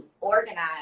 organize